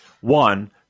One